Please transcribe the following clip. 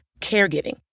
caregiving